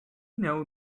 know